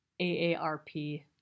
AARP